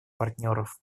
партнеров